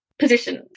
position